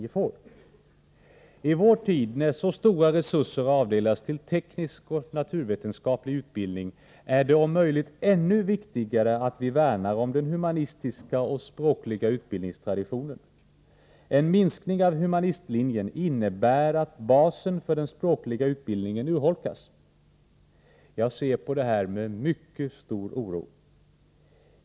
I vår tid, när så stora resurser avdelas till teknisk och naturvetenskaplig utbildning, är det om möjligt ännu viktigare än tidigare att vi värnar om den humanistiska och språkliga utbildningstraditionen. Minskning av humanistlinjen innebär att basen för den språkliga utbildningen urholkas. Jag ser på det här med mycket stor oro.